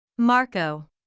Marco